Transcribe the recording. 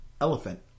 elephant